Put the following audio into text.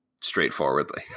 straightforwardly